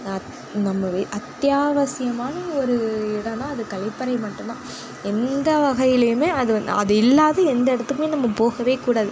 நம்ம அத்தியாவசியமான ஒரு இடம்னா அது கழிப்பறை மட்டும் தான் எந்த வகையிலையுமே அது அது இல்லாத எந்த இடத்துக்குமே நம்ம போகவே கூடாது